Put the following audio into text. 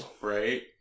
Right